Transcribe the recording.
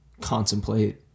contemplate